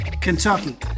Kentucky